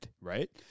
right